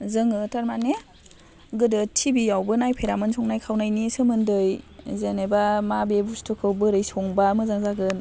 जोङो थारमाने गोदो टिभियावबो नायफेरामोन संनाय खावनायनि सोमोन्दै जेनेबा माबे बुस्थुखौ बोरै संबा मोजां जागोन